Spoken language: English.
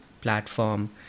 platform